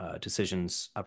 decisions